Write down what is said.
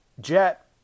Jet